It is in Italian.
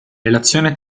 relazione